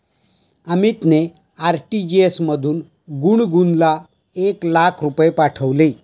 अमितने आर.टी.जी.एस मधून गुणगुनला एक लाख रुपये पाठविले